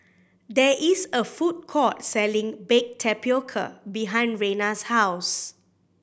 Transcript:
there is a food court selling baked tapioca behind Reina's house